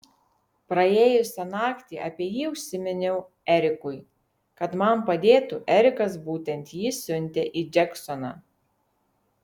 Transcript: praėjusią naktį apie jį užsiminiau erikui kad man padėtų erikas būtent jį siuntė į džeksoną